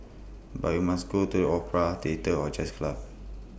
but we must go to the opera theatre or jazz club